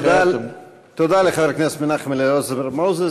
תודה לחבר הכנסת מנחם אליעזר מוזס.